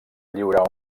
lliurar